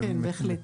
כן, בהחלט.